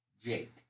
Jake